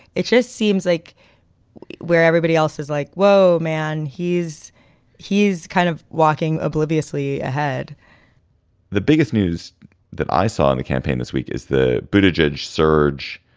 it just seems like where everybody else is like, whoa, man, he's he's kind of walking obliviously ahead the biggest news that i saw in the campaign this week is the boot adjudge surge.